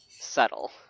subtle